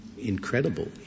Incredible